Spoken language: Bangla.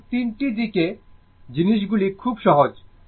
সুতরাং চিত্রটি দেখে জিনিসগুলি খুব সহজ